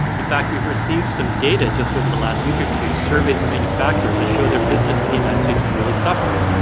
in fact, we've received some data just over the last week or two surveys of manufacturers that show their business in the united states is really suffering.